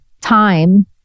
time